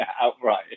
outright